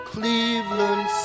Cleveland